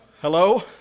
Hello